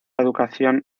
educación